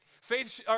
Faith